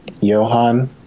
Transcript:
Johan